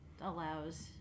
allows